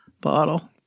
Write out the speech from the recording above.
bottle